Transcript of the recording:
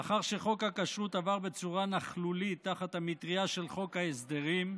לאחר שחוק הכשרות עבר בצורה נכלולית תחת המטרייה של חוק ההסדרים,